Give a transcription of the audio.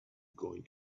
going